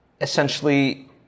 essentially